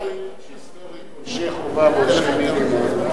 אתה יודע שהיסטורית עונשי חובה ועונשי מינימום,